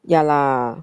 ya lah